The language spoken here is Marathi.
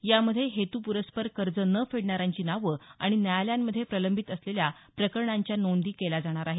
यामध्ये हेतुपुरस्सर कर्ज न फेडणाऱ्यांची नावं आणि न्यायालयांमध्ये प्रलंबित असलेल्या प्रकरणांच्या नोंदी केल्या जाणार आहेत